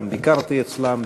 וגם ביקרתי אצלם,